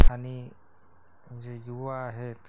आणि जे युवा आहेत